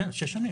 כן, שש שנים.